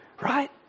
right